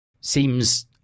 seems